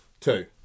two